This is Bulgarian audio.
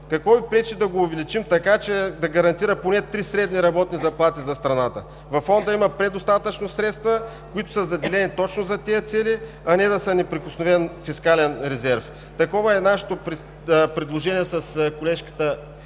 Какво пречи да го увеличим така, че да гарантира поне три средни работни заплати за страната. Във Фонда има предостатъчно средства, които са заделени точно за тези цели, а не да са неприкосновен фискален резерв. Такова е нашето предложение с колежката